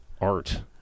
art